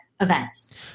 events